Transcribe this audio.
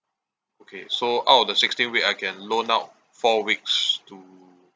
okay so out of the sixteen week I can loan out four weeks to